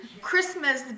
Christmas